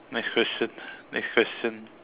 next question next question